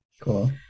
cool